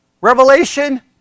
revelation